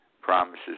promises